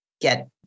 get